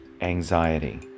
anxiety